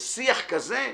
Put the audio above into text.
שיח כזה,